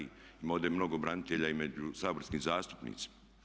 Ima ovdje mnogo branitelja i među saborskim zastupnicima.